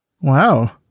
Wow